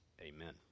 Amen